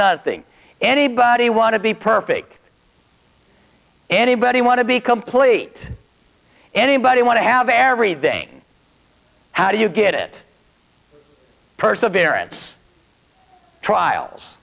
nothing anybody want to be perfect anybody want to be complete anybody want to have everything how do you get it perseverance trials